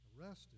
arrested